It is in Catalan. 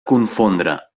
confondre